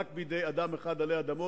רק בידי אדם אחד עלי אדמות,